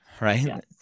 Right